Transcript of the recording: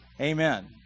Amen